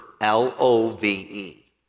L-O-V-E